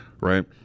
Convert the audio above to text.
Right